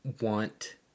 want